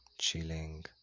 Chilling